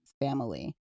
family